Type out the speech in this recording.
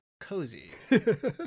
cozy